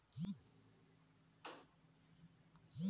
अउ कहों मइनसे हर पइसा ल नी छुटे सकिस ता ओ घनी बिचारा गारंटर फंइस जाथे